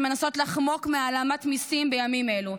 שמנסות לחמוק מהעלמת מיסים בימים אלו.